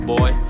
Boy